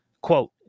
Quote